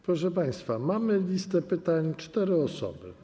Proszę państwa, mamy listę pytań - cztery osoby.